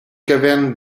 caverne